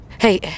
Hey